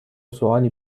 سوالی